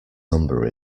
number